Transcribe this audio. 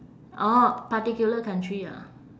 orh particular country ah